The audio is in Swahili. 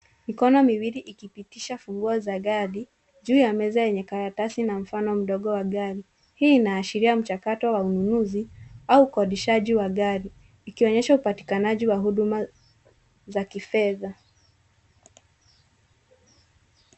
Mikono miwili ikipitisha funguo za gari juu ya meza yenye karatasi na mfani mdogo wa gari. Hii inaashiria mchakato wa ununuzi au ukodishaji wa gari. Ikionyesha upatikanaji wa huduma za kifedha.